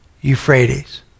Euphrates